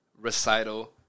Recital